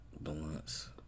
Blunts